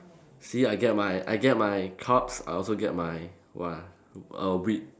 see I get my I get my carbs I also get my what ah err wheat